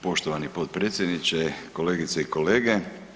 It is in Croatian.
Poštovani potpredsjedniče, kolegice i kolege.